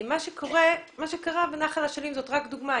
מה שקרה בנחל אשלים, זאת רק דוגמה.